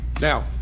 Now